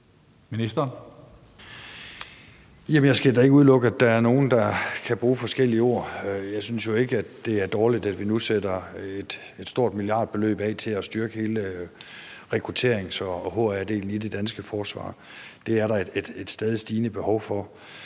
jeg skal da ikke udelukke, at der er nogen, der kan bruge forskellige ord. Jeg synes jo ikke, at det er dårligt, at vi nu sætter et stort milliardbeløb af til at styrke hele rekrutterings- og hr-delen i det danske forsvar. Det er der et stadigt stigende behov for.